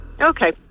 Okay